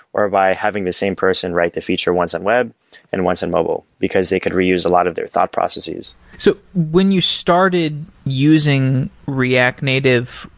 or by having the same person write the feature once on web and once in mobile, because they could reuse a lot of their thought processes so when you started using react native,